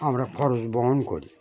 আমরা খরচ বহন করি